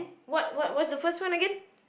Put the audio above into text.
what what what's the first one again